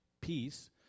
peace